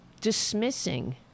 dismissing